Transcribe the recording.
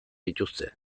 dituzte